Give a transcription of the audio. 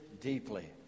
deeply